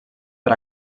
per